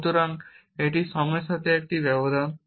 মূলত এটি সময়ের সাথে একটি ব্যবধান